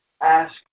Ask